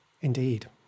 indeed